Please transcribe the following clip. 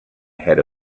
ahead